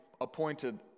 appointed